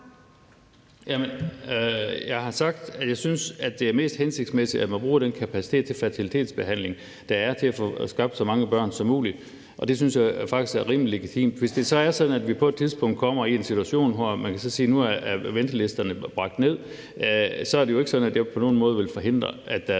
Jeg har sagt, at jeg synes, at det er mest hensigtsmæssigt, at man bruger den kapacitet til fertilitetsbehandling, der er, til at få skabt så mange børn som muligt, og det synes jeg faktisk er rimelig legitimt. Hvis det så er sådan, at vi på et tidspunkt kommer i en situation, hvor man kan sige, at nu er ventelisterne bragt ned, er det jo ikke sådan, at jeg på nogen måde vil forhindre, at der